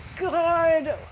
god